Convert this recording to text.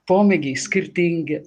pomėgiai skirtingi